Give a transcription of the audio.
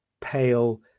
pale